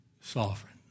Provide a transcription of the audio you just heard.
sovereign